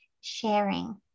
sharing